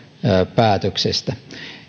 päätöksestä